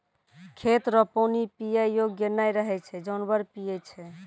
खेत रो पानी पीयै योग्य नै रहै छै जानवर पीयै छै